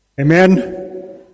Amen